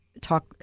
Talk